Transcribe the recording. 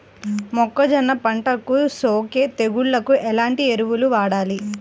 మొక్కజొన్న పంటలకు సోకే తెగుళ్లకు ఎలాంటి ఎరువులు వాడాలి?